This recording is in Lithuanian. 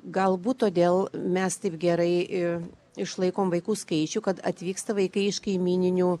galbūt todėl mes taip gerai ir išlaikom vaikų skaičių kad atvyksta vaikai iš kaimyninių